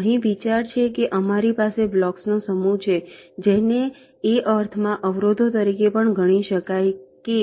અહીં વિચાર છે કે અમારી પાસે બ્લોક્સનો સમૂહ છે જેને એ અર્થમાં અવરોધો તરીકે પણ ગણી શકાય કે